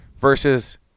Versus